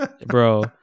Bro